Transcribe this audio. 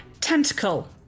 tentacle